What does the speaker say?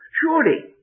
Surely